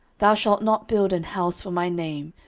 thou shalt not build an house for my name,